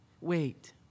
wait